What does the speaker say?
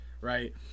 right